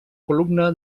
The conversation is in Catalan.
columna